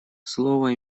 слово